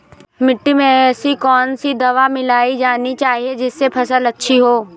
मिट्टी में ऐसी कौन सी दवा मिलाई जानी चाहिए जिससे फसल अच्छी हो?